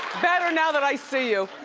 better now that i see you.